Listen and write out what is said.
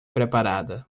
preparada